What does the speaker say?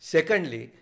Secondly